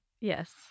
Yes